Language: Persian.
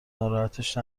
ناراحتش